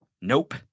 Nope